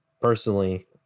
personally